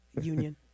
Union